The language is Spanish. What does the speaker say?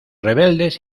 rebeldes